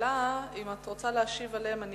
והשאלה היא אם את רוצה להשיב עליהן.